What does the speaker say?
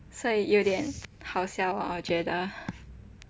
所以有点好笑哦我觉得